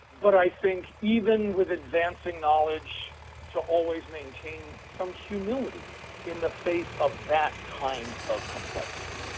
but i think even with advancing knowledge to always maintain some humility in the face of that kind of complexity.